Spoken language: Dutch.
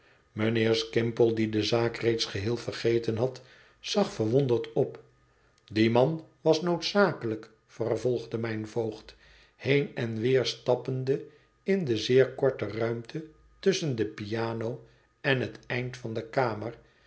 mijnheer skimpole die de zaak reeds geheel vergeten had zag verwonderd op die man was noodzakelijk vervolgde mijn voogd heen en weer stappende in de zeer korte ruimte tusschen de piano en het eind van de kamer